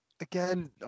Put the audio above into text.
Again